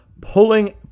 pulling